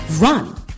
run